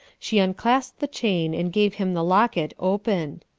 she unclasped the chain, and gave him the locket opened.